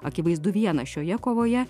akivaizdu vienas šioje kovoje